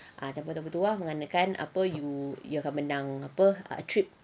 ah cabutan bertuah mengenakan apa you akan menang apa trip